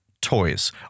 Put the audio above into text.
toys